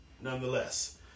Nonetheless